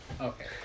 Okay